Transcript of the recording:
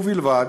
ובלבד